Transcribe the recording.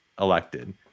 elected